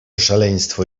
szaleństwo